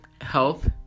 Health